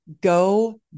go